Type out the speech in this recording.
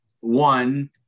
one